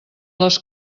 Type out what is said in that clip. les